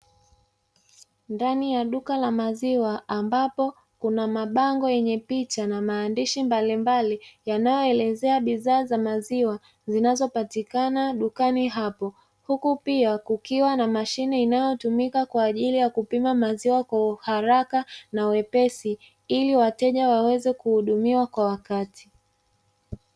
Ndani ya duka la maziwa ambapo kuna mabango yenye picha na maandishi mbalimbali yanayoelezea bidhaa za maziwa, zinazopatikana dukani hapo huku pia kukiwa na mashine inayotumika kwa ajili ya kupima maziwa kwa uharaka na wepesi, ili wateja waweze kuhudumiwa kwa wakati.